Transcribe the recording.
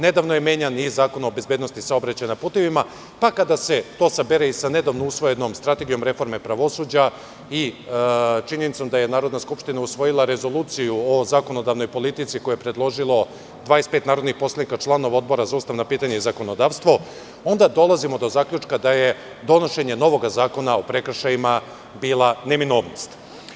Nedavno je menjan i Zakon o bezbednosti saobraćaja na putevima, pa kada se to sabere i sa nedavno usvojenom Strategijom reforme pravosuđa, i činjenicom da je Narodna skupština usvojila Rezoluciju o zakonodavnoj politici, što je predložilo 25 narodnih poslanika, članova Odbora za ustavna pitanja i zakonodavstvo, onda dolazimo do zaključka da je donošenje novog zakona o prekršajima bila neminovnost.